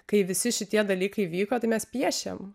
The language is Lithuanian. kai visi šitie dalykai vyko tai mes piešėm